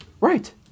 Right